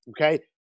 Okay